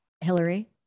Hillary